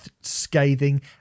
scathing